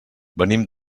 venim